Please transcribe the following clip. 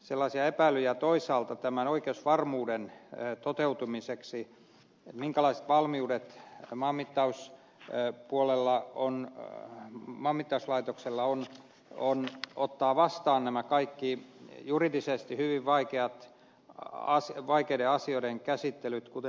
sellaisia epäilyjä toisaalta tämän oikeusvarmuuden toteutumiseksi minkälaiset valmiudet ehkä maanmittauslaitoksella on ottaa vastaan nämä kaikki juridisesti hyvin vaikeiden asioiden käsittelyt kuten ed